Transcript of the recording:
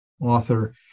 author